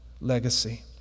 legacy